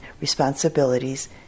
responsibilities